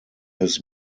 his